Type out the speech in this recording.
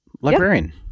librarian